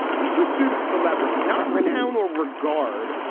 this pursuit of celebrity, not renown or regard,